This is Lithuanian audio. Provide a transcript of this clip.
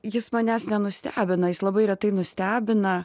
jis manęs nenustebino jis labai retai nustebina